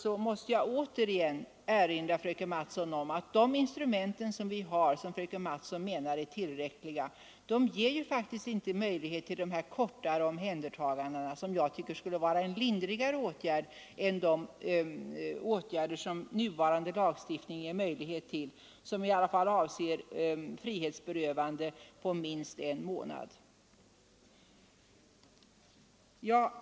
Där måste jag än en gång erinra fröken Mattson om att de instrument vi nu har, och som fröken Mattson menar är tillräckliga, faktiskt inte ger möjligheter till dessa kortare omhändertaganden, som jag tycker skulle vara en lindrigare åtgärd än det som den nuvarande lagstiftningen ger möjligheter till och som kan innebära ett frihetsberövande på minst en månad.